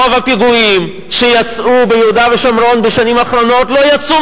רוב הפיגועים שיצאו מיהודה ושומרון בשנים האחרונות לא יצאו